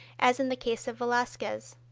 as in the case of velazquez.